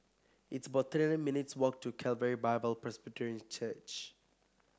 it's about thirty nine minutes' walk to Calvary Bible Presbyterian Church